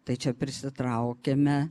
tai čia prisitraukiame